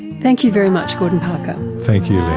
thank you very much gordon parker. thank you, yeah